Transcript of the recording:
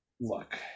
look